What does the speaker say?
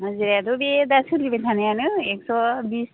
हाजिरायाथ' बे दा सोलिबाय थानायानो एक्स' बिस